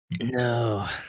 No